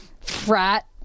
frat